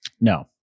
No